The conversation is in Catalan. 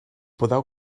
podeu